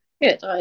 Good